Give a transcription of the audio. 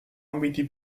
ambiti